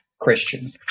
Christian